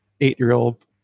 eight-year-old